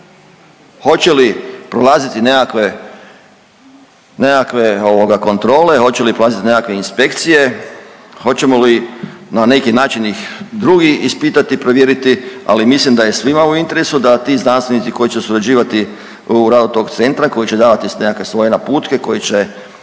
Hoće li prolaziti nekakve kontrole, hoće li prolaziti nekakve inspekcije, hoćemo li na neki način ih drugi ispitati, provjeriti. Ali mislim da je svima u interesu da ti znanstvenici koji će surađivati u radu tog centra, koji će davati nekakve svoje naputke koji će